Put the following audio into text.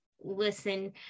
listen